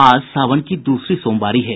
आज सावन की दूसरी सोमवारी है